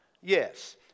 Yes